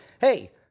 hey